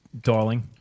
darling